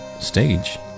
stage